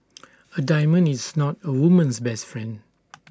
A diamond is not A woman's best friend